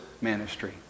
ministry